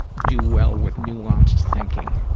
do well with nuanced thinking.